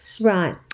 right